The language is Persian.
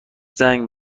زنگ